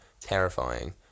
terrifying